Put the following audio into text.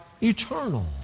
eternal